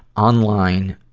online,